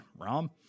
Rom